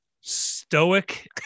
Stoic